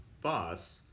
boss